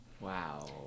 Wow